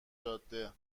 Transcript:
جاده